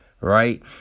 Right